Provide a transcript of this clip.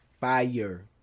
fire